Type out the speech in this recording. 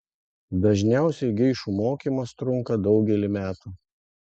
dažniausiai geišų mokymas trunka daugelį metų